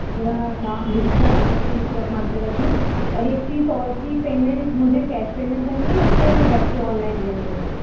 میرا نام دکشا ہے اور میں یہیں ترکمان پہ رہتی ہوں اور ایک چیز اور کہ پیمنٹ مجھے کیش پیمنٹ کرنی ہے یا پھر ویسے آن لائن دینی پڑے گی